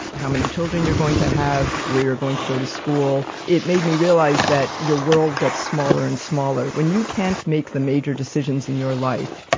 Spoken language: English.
how many children you're going to have, where you're going to go to school, it made me realize that your world gets smaller and smaller. when you can't make the major decisions in your life,